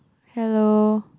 hello